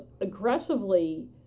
aggressively